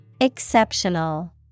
Exceptional